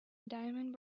diamond